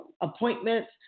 appointments